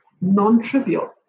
non-trivial